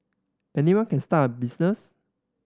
anyone can start a business